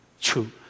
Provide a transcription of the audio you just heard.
true